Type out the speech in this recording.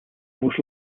most